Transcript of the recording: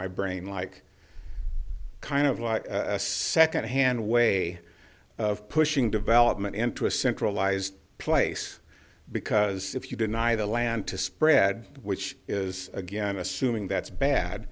my brain like kind of like a second hand way of pushing development into a centralized place because if you deny the land to spread which is again assuming that's